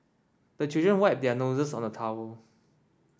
the children wipe their noses on the towel